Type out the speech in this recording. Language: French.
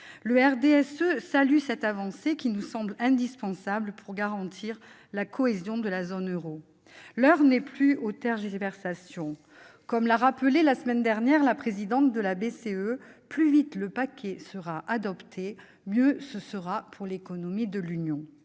Le RDSE salue cette avancée qui nous semble indispensable pour garantir la cohésion de la zone euro. L'heure n'est plus aux tergiversations. Comme l'a rappelé la semaine dernière la présidente de la Banque centrale européenne (BCE), « plus vite le paquet sera adopté, mieux ce sera pour l'économie de l'Union